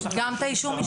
תוכל.